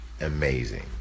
amazing